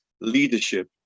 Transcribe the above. leadership